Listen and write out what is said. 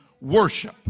worship